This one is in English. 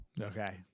Okay